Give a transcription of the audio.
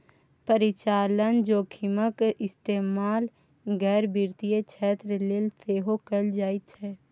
परिचालन जोखिमक इस्तेमाल गैर वित्तीय क्षेत्र लेल सेहो कैल जाइत छै